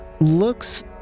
looks